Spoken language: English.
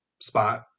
spot